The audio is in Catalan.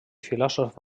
filòsof